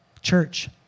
Church